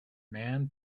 man